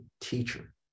teacher